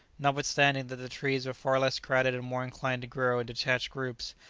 notwithstanding that the trees were far less crowded and more inclined to grow in detached groups,